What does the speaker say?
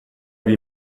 lui